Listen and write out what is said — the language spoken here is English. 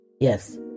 yes